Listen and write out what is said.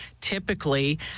typically